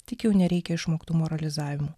tik jau nereikia išmoktų moralizavimų